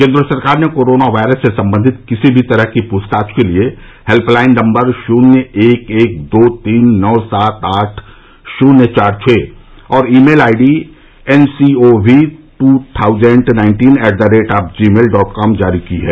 केन्द्र सरकार ने कोरोना वायरस से संबंधित किसी भी तरह की पूछताछ के लिए हेल्पलाइन नम्बर शून्य एक एक दो तीन नौ सात आठ शून्य चार छ और e mail I D N C co V two thousand nineteen at the rate of G mail dot com जारी की है